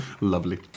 Lovely